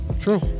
True